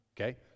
Okay